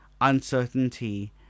uncertainty